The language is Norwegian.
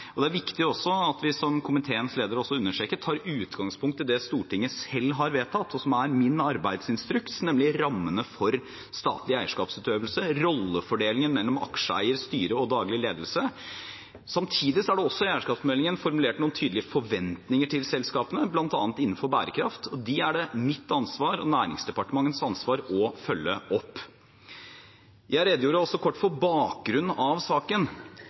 og det er viktig, som komiteens leder understreket, at vi tar utgangspunkt i det Stortinget selv har vedtatt – min arbeidsinstruks – nemlig rammene for statlig eierskapsutøvelse, rollefordelingen mellom aksjeeier, styre og daglig ledelse. Samtidig er det i eierskapsmeldingen formulert noen tydelige forventninger til selskapene, bl.a. innenfor bærekraft, og dem er det mitt ansvar og Næringsdepartementets ansvar å følge opp. Jeg redegjorde kort for bakgrunnen for saken.